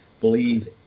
believe